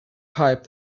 pipe